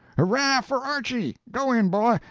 hurrah for archy! go in, boy,